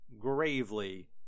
gravely